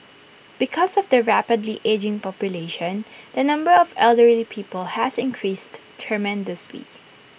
because of the rapidly ageing population the number of elderly people has increased tremendously